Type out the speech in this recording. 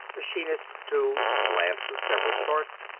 machinist tools, lamps of several sorts,